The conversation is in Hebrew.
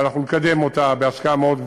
ואנחנו נקדם אותה בהשקעה מאוד גבוהה,